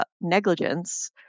negligence